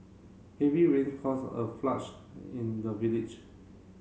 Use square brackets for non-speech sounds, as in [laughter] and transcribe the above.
heavy rain caused a [unintelligible] in the village